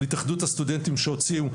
על התאחדות הסטודנטים שהוציאו,